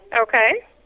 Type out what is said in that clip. Okay